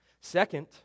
Second